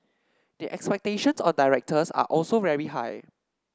the expectations on directors are also very high